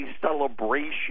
celebration